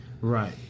Right